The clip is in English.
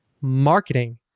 Marketing